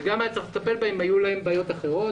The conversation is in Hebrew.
וגם היו צריכים לטפל בהם אם היו להם בעיות אחרות.